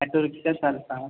auto rickshaw चालतात